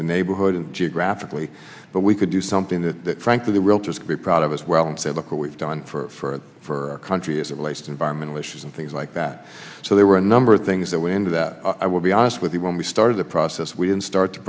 the neighborhood in geographically but we could do something that frankly the realtors would be proud of as well and said look what we've done for it for our country is at least environmental issues and things like that so there were a number of things that went into that i will be honest with you when we started the process we didn't start t